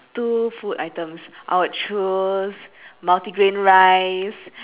two food items I would choose multigrain rice